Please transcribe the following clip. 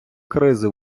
кризи